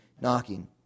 knocking